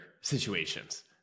situations